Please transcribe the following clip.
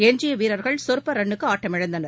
எஞ்சியவீரர்கள் சொற்பரன்னுக்குஆட்டமிழந்தனர்